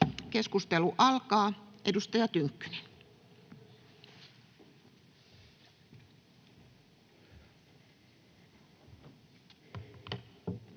Keskustelu alkaa. Edustaja Tynkkynen.